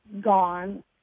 gone